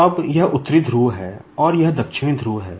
अब यह उत्तरी ध्रुव है और यह दक्षिणी ध्रुव है